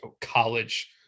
college